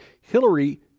Hillary